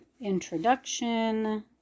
introduction